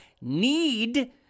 need